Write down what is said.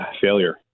failure